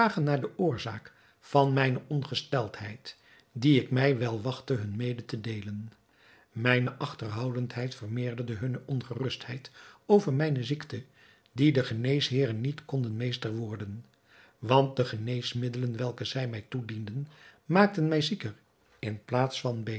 naar de oorzaak van mijne ongesteldheid die ik mij wel wachtte hun mede te deelen mijne achterhoudendheid vermeerderde hunne ongerustheid over mijne ziekte die de geneesheeren niet konden meester worden want de geneesmiddelen welke zij mij toedienden maakten mij zieker in plaats van